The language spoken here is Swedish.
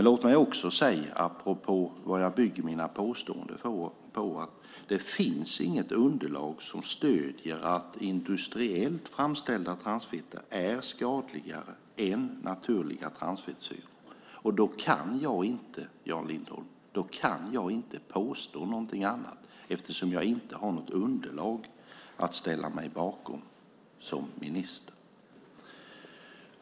Låt mig också säga, apropå vad jag bygger mina påståenden på, att det inte finns något underlag som stöder att industriellt framställda transfetter är mer skadliga än naturligtvis transfettsyror. Därför kan jag inte påstå något annat, Jan Lindholm. Jag har ju inget underlag att ställa bakom mig som minister.